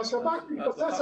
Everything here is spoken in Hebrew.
אז אחר כך תעיר לו.